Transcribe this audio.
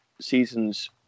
seasons